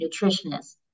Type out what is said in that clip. nutritionist